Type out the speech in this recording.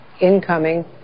incoming